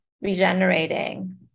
regenerating